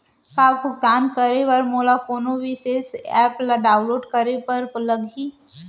का भुगतान करे बर मोला कोनो विशेष एप ला डाऊनलोड करे बर लागही